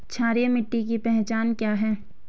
क्षारीय मिट्टी की पहचान क्या है?